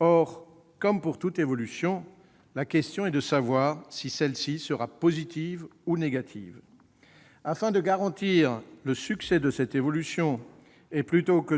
Or, comme pour toute évolution, la question est de savoir si celle-ci sera positive ou négative. Afin de garantir son succès, et au lieu